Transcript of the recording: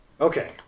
Okay